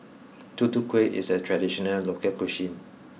Tutu Kueh is a traditional local cuisine